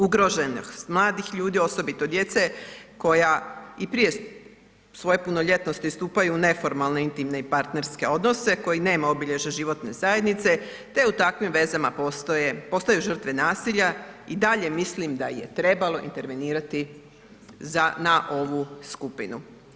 Ugroženost mladih ljudi osobito djece koja i prije svoje punoljetnosti stupaju u neformalne intimne i partnerske odnose koji nemaju obilježja životne zajednice te u takvim vezama postoje, postaju žrtve nasilja i dalje mislim da je trebalo intervenirati za, na ovu skupinu.